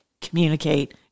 Communicate